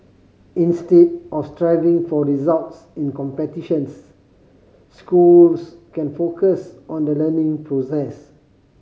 instead of striving for results in competitions schools can focus on the learning process